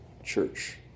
Church